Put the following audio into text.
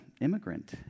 immigrant